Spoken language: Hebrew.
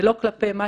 ולא כלפי מטה,